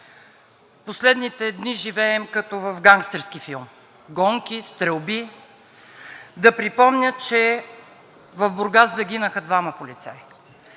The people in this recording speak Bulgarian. Последните дни живеем като в гангстерски филм – гонки, стрелби. Да припомня, че в Бургас загинаха двама полицаи.